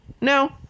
no